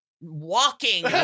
walking